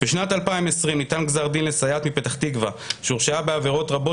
בשנת 2020 ניתן גזר דין לסייעת מפתח תקווה שהורשעה בעבירות רבות